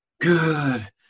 good